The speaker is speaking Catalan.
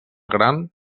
gran